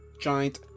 giant